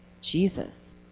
Jesus